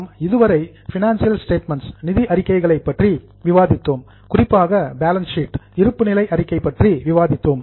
நாம் இதுவரை financial statements நிதி அறிக்கைகளை பற்றி விவாதித்தோம் குறிப்பாக பேலன்ஸ் ஷீட் இருப்புநிலை அறிக்கை பற்றி விவாதித்தோம்